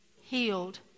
Healed